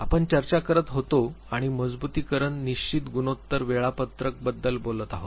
आपण चर्चा करत होतो आणि मजबुतीकरण निश्चित गुणोत्तर वेळापत्रक बद्दल बोलत आहोत